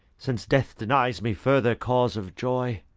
since death denies me further cause of joy,